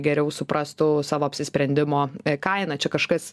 geriau suprastų savo apsisprendimo kainą čia kažkas